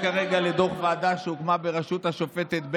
מה זאת אומרת?